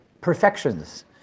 perfections